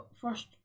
first